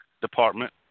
department